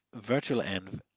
virtualenv